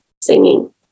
singing